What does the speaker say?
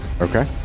Okay